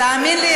תאמין לי,